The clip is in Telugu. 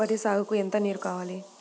వరి సాగుకు ఎంత నీరు కావాలి?